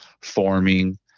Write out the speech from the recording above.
forming